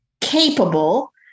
Capable